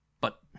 But